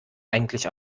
eigentlich